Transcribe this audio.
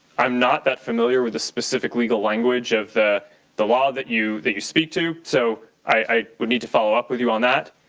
i'm not that familiar with the specific legal language of the the law that you that you speak to. so i would need to follow up with you on that.